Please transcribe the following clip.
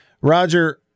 Roger –